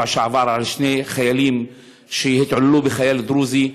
שעבר על שני חיילים שהתעללו בחייל דרוזי.